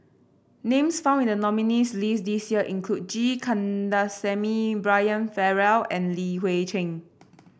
names found in the nominees' list this year include G Kandasamy Brian Farrell and Li Hui Cheng